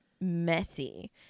messy